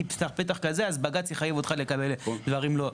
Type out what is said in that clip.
תפתח פתח כזה אז בג"ץ יחייב אותך לקבל דברים לא.